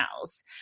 else